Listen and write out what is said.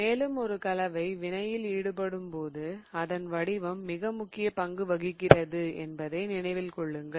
மேலும் ஒரு கலவை வினையில் ஈடுபடும் போது அதன் வடிவம் மிக முக்கிய பங்கு வகிக்கிறது என்பதை நினைவில் கொள்ளுங்கள்